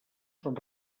són